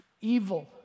Evil